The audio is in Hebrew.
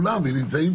המשפטים,